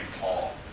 Paul